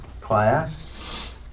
class